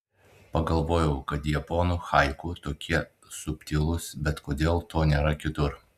pagalvojau kad japonų haiku tokie subtilūs bet kodėl to nėra kitur